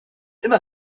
immer